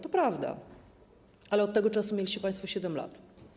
To prawda, ale od tego czasu mieliście państwo 7 lat.